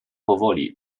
powoli